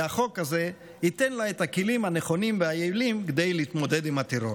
והחוק הזה ייתן לה את הכלים הנכונים והיעילים כדי להתמודד עם הטרור.